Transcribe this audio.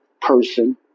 person